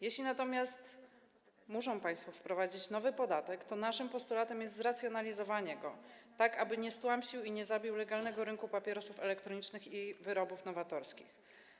Jeśli natomiast muszą państwo wprowadzić nowy podatek, to naszym postulatem jest zracjonalizowanie go, tak aby nie stłamsił ani nie zabił legalnego rynku papierosów elektronicznych i wyrobów nowatorskich.